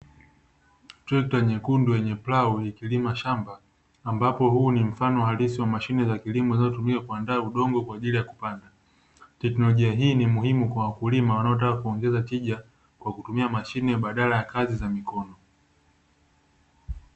Treka nyekundu yenye plau ikilima shamba, ambapo huu ni mfano halisi wa mashine za kilimo zinazotumika kuandaa udongo kwa ajili ya kupanda. Teknolojia hii ni muhimu kwa wakulima wanaotaka kuongeza tija kwa kutumia mashine badala ya kazi za mikono.